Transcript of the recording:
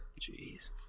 Jeez